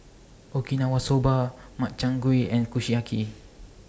Okinawa Soba Makchang Gui and Kushiyaki